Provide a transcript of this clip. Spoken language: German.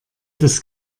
das